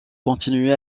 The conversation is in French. continué